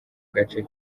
gace